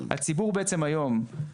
הציבור בעצם היום,